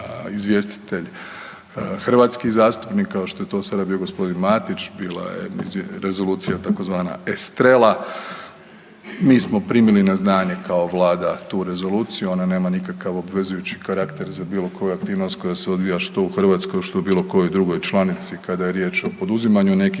hrvatski zastupnik kao što je to sada bio g. Matić. Bila je Rezolucija tzv. estrela. Mi smo primili na znanje kao vlada tu rezoluciju. Ona nema nikakav obvezujući karakter za bilo koju aktivnost koja se odvija što u Hrvatskoj, što u bilo kojoj drugoj članici kada je riječ o poduzimanju nekih